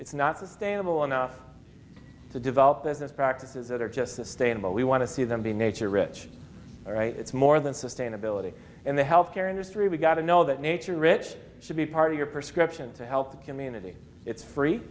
it's not sustainable enough to develop that this practices that are just sustainable we want to see them be nature rich all right it's more than sustainability and the health care industry we've got to know that nature it should be part of your prescription to help the community it's free